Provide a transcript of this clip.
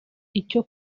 icyo